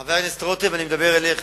חבר הכנסת רותם, אני מדבר אליך